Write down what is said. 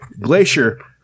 Glacier